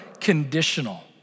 conditional